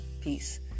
peace